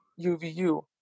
UVU